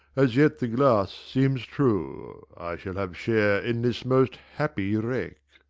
as yet the glass seems true, i shall have share in this most happy wreck.